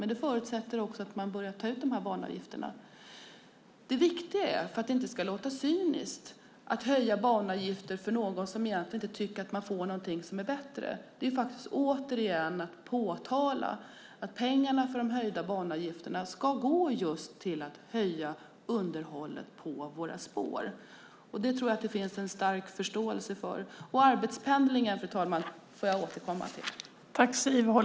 Men det förutsätter också att man börjar ta ut dessa banavgifter. För att det inte ska låta cyniskt att höja banavgifter för någon som egentligen inte tycker att man får något som är bättre: Det gäller återigen att påtala att pengarna från de höjda banavgifterna ska gå just till att öka underhållet på våra spår. Det tror jag att det finns en stark förståelse för. Arbetspendlingen, fru talman, får jag återkomma till.